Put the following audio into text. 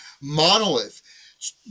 monolith